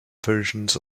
versions